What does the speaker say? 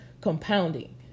compounding